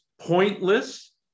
pointless